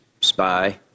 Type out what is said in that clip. spy